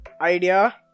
idea